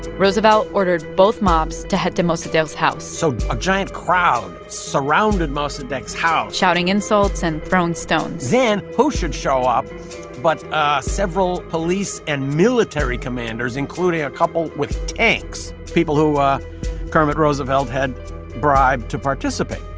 roosevelt ordered both mobs to head to mossadegh's house so a giant crowd surrounded mossadegh's house shouting insults and throwing stones then who should show up but ah several police and military commanders, including a couple with tanks, people who ah kermit roosevelt had bribed to participate?